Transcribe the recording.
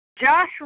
josh